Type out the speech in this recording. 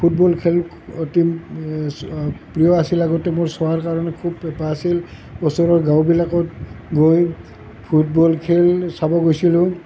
football খেল অতি প্ৰিয় আছিল আগতে মোৰ চোৱাৰ কাৰণে খুব হেঁপাহ আছিল ওচৰৰ গাঁওবিলাকত গৈ ফুটবল খেল চাব গৈছিলোঁ